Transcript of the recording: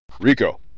Rico